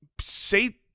say